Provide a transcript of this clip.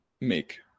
make